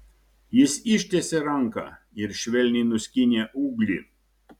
jis ištiesė ranką ir švelniai nuskynė ūglį